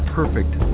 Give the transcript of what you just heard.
perfect